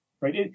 right